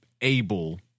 able